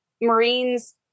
Marines